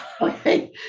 Okay